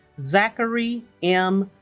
zachary m.